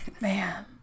man